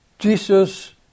Jesus